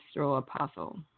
Apostle